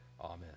Amen